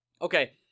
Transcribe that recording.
Okay